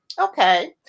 Okay